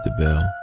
the